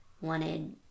wanted